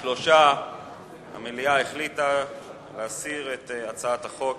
3. המליאה החליטה להסיר את הצעת החוק מסדר-היום.